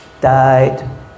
died